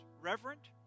reverent